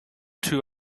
two